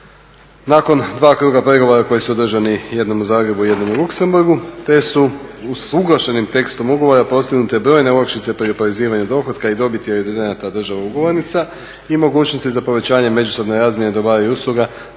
Nakon dva kruga pregovora koji su održani jednom u Zagrebu, jednom u Luxemburgu te su usuglašenim tekstom ugovora postignute brojne olakšice pri oporezivanju dohotka i dohotka …/Govornik se ne razumije./… država ugovornica i mogućnosti za povećanje međusobne razmjene dobara i usluga